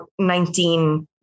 19